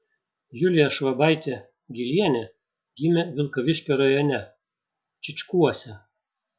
julija švabaitė gylienė gimė vilkaviškio rajone čyčkuose